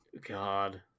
God